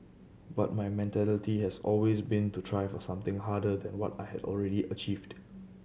but my mentality has always been to try for something harder than what I had already achieved